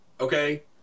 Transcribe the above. okay